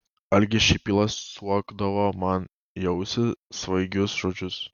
algis šipyla suokdavo man į ausį svaigius žodžius